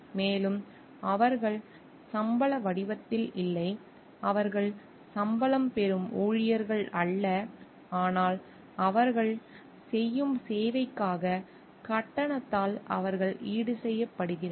மேலும் அவர்கள் சம்பள வடிவத்தில் இல்லை அவர்கள் சம்பளம் பெறும் ஊழியர்கள் அல்ல ஆனால் அவர்கள் செய்யும் சேவைக்கான கட்டணத்தால் அவர்கள் ஈடுசெய்யப்படுகிறார்கள்